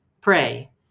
pray